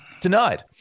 denied